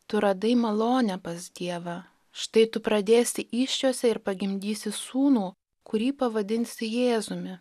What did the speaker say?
tu radai malonę pas dievą štai tu pradėsi įsčiose ir pagimdysi sūnų kurį pavadinsi jėzumi